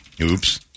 Oops